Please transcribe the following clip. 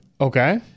Okay